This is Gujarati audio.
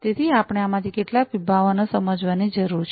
તેથી આપણે આમાંથી કેટલાક વિભાવનાઓ સમજવાની જરૂર છે